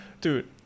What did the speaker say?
Dude